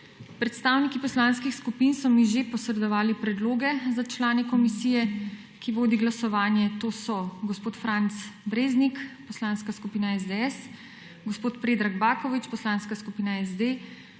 Predstavniki poslanskih skupin so mi že posredovali predloge za člane komisije, ki vodi glasovanje to so Franc Breznik Poslanska skupina SDS, gospod Predrag Baković Poslanska skupina SD,